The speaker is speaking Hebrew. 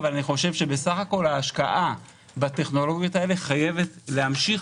אבל בסך הכול ההשקעה בטכנולוגיות האלה חייבת להמשיך